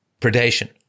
Predation